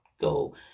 go